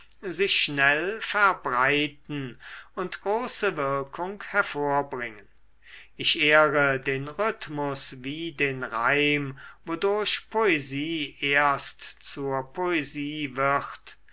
sich schnell verbreiten und große wirkung hervorbringen ich ehre den rhythmus wie den reim wodurch poesie erst zur poesie wird